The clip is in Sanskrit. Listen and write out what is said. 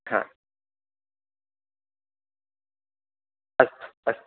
हा अस्तु अस्तु